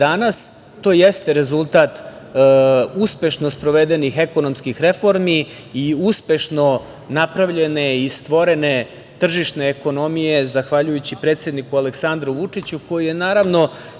danas to jeste rezultat uspešno sprovedenih ekonomskih reformi i uspešno napravljene i stvorene tržišne ekonomije zahvaljujući predsedniku Aleksandru Vučiću, koji je naravno